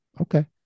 okay